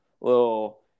little